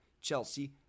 Chelsea